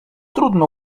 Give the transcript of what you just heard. trudno